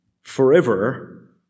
forever